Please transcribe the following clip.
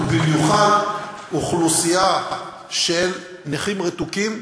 ובמיוחד אוכלוסייה של נכים רתוקים,